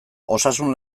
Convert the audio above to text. osasun